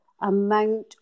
amount